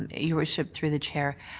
your worship through the chair,